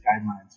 guidelines